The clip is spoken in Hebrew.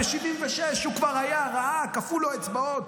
ב-1976 הוא כבר היה, ראה, קפאו לו האצבעות.